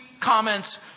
comments